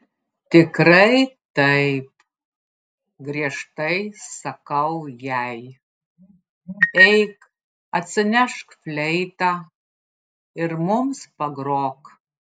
tikrai taip griežtai sakau jai eik atsinešk fleitą ir mums pagrok